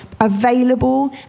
available